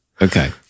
Okay